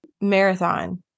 marathon